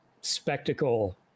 spectacle